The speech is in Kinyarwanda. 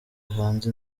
hanze